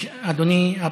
אדוני.